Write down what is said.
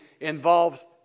involves